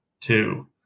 two